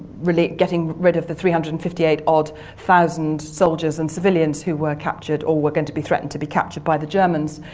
getting rid of the three hundred and fifty eight odd thousand soldiers and civilians who were captured or were going to be threatened to be captured by the germans.